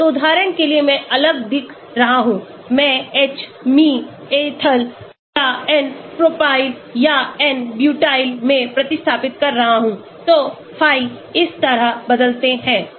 तो उदाहरण के लिए मैं अलग दिख रहा हूं मैं H Me एथिल या N प्रोफिल या N ब्यूटाइल में प्रतिस्थापित कर रहा हूं तो phi इस तरह बदलते हैं